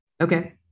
Okay